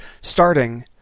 starting